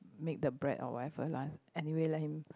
make the bread or whatever lah anyway let him